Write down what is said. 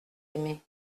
aimer